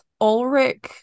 Ulrich